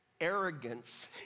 arrogance